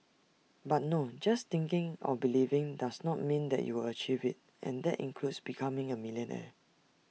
but no just thinking or believing does not mean that you will achieve IT and that includes becoming A millionaire